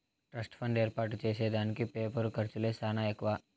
trust fund ఏర్పాటు చేసే దానికి పేపరు ఖర్చులే సానా ఎక్కువ